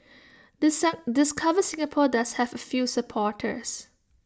discover Singapore does have A few supporters